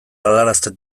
galarazten